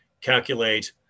calculate